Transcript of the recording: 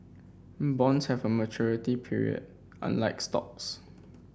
bonds have a maturity period unlike stocks